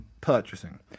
purchasing